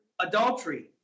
adultery